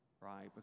right